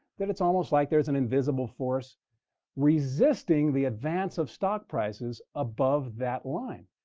that it's almost like there's an invisible force resisting the advance of stock prices above that line.